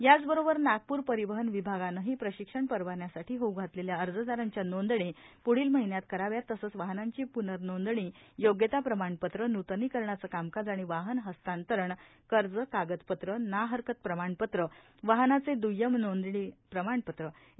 याचबरोबर नागप्र परिवहन विभागांणीही प्रशिक्षण परवान्यासाठी होऊ घातलेल्या अर्जदाराच्या नोंदणी प्ढील महिन्यात कराव्यात तसंच वाहनाची प्नरनोंदणी योग्यता प्रमाणपत्र नूतनी कारणाचं कामकाज आणि वाहन हस्तांतरण कर्ज कागदपत्र ना हरकत प्रमाणपत्र वाहनाचे दुय्यम नोंदणी प्रमाणपत्र इ